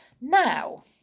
Now